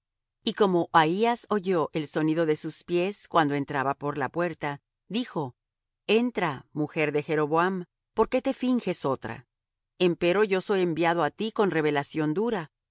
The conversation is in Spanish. y como ahías oyó el sonido de sus pies cuando entraba por la puerta dijo entra mujer de jeroboam por qué te finges otra empero yo soy enviado á ti con revelación dura ve